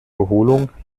erholung